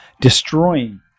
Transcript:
destroying